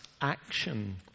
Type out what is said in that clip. action